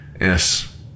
Yes